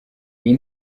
iyi